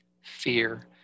Fear